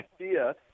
idea